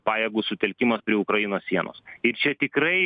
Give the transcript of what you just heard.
pajėgų sutelkimas prie ukrainos sienos ir čia tikrai